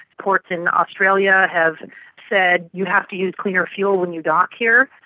ports in australia have said you have to use cleaner fuel when you dock here.